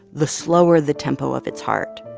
the slower the tempo of its heart,